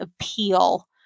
appeal